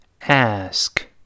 ask